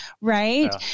right